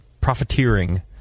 profiteering